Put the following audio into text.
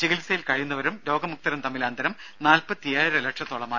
ചികിത്സയിൽ കഴിയുന്നവരും രോഗമുക്തരും തമ്മിലെ അന്തരം നാൽപ്പത്തി ഏഴര ലക്ഷത്തോളമായി